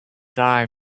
die